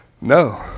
No